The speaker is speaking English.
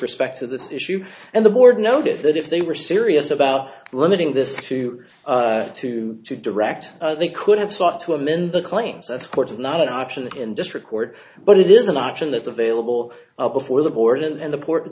respect to this issue and the board noted that if they were serious about limiting this to two to direct they could have sought to amend the claims that sports is not an option in district court but it is an option that's available before the board and the court